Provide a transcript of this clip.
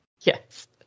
Yes